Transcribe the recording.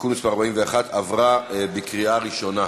(תיקון מס' 41) (הרחבת סמכויות ועדת האתיקה),